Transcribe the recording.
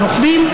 הרוכבים,